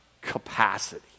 capacity